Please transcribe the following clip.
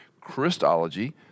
Christology